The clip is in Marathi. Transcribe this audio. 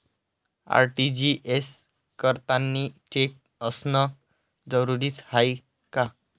आर.टी.जी.एस करतांनी चेक असनं जरुरीच हाय का?